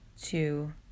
two